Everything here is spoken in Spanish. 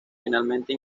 finalmente